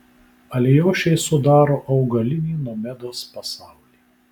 alijošiai sudaro augalinį nomedos pasaulį